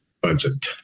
budget